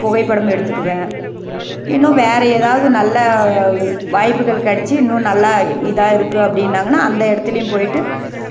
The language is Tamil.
புகைப்படம் எடுத்துக்குவேன் இன்னும் வேறு ஏதாவது நல்ல வாய்ப்புகள் கெடைச்சு இன்னும் நல்லா இதாக இருக்குது அப்படின்னாங்கன்னா அந்த இடத்துலையும் போயிட்டு